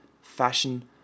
fashion